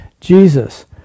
Jesus